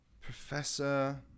Professor